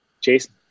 Jason